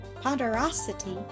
ponderosity